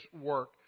work